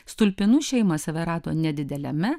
stulpinų šeima save rado nedideliame